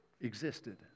existed